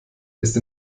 ist